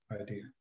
idea